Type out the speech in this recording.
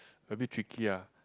a bit tricky ah